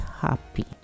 happy